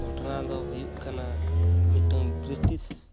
ᱜᱷᱚᱴᱱᱟ ᱫᱚ ᱦᱩᱭᱩᱜ ᱠᱟᱱᱟ ᱢᱤᱫᱴᱟᱝ ᱵᱨᱤᱴᱤᱥ